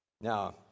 Now